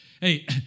hey